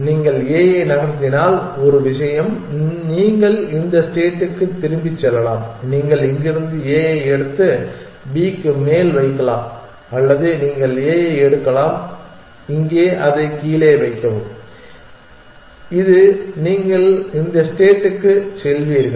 நீங்கள் A ஐ நகர்த்தினால் ஒரு விஷயம் நீங்கள் இந்த ஸ்டேட்டுக்குத் திரும்பிச் செல்லலாம் நீங்கள் இங்கிருந்து A ஐ எடுத்து B க்கு மேல் வைக்கலாம் அல்லது நீங்கள் A ஐ எடுக்கலாம் இங்கே அதை கீழே வைக்கவும் இது நீங்கள் இந்த ஸ்டேட்க்குச் செல்வீர்கள்